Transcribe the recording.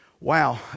wow